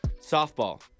softball